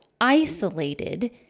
isolated